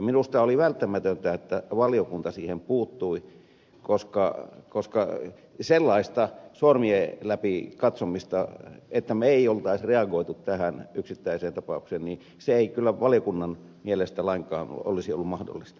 minusta oli välttämätöntä että valiokunta siihen puuttui koska sellainen sormien läpi katsominen ette me emme olisi reagoineet tähän yksittäiseen tapaukseen ei kyllä valiokunnan mielestä olisi lainkaan ollut mahdollista